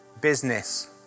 business